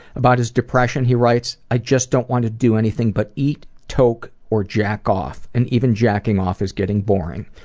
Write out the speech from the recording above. about his depression he writes, i just don't want to do anything but eat, toke or jack off, and even jacking off is getting boring.